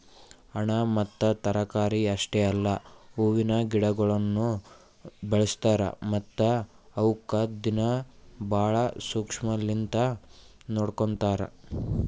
ಹಣ್ಣ ಮತ್ತ ತರಕಾರಿ ಅಷ್ಟೆ ಅಲ್ಲಾ ಹೂವಿನ ಗಿಡಗೊಳನು ಬೆಳಸ್ತಾರ್ ಮತ್ತ ಅವುಕ್ ದಿನ್ನಾ ಭಾಳ ಶುಕ್ಷ್ಮಲಿಂತ್ ನೋಡ್ಕೋತಾರ್